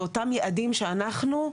באותם יעדים שאנחנו,